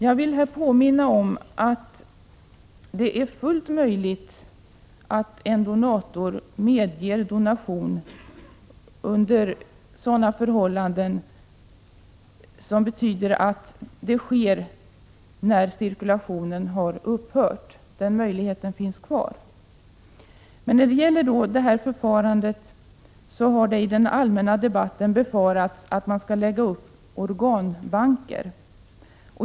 Jag vill här påminna om att det är fullt möjligt för en donator att medge donation så, att transplantation först får ske när cirkulationen upphört. Den möjligheten finns alltså kvar. När det gäller detta förfarande har det i den allmänna debatten befarats att man vill lägga upp organbanker.